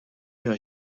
your